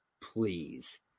please